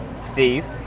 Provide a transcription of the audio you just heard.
Steve